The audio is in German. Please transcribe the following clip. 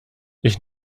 ich